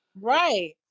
Right